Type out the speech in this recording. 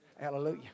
Hallelujah